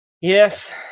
Yes